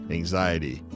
anxiety